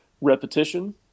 repetition